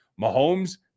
Mahomes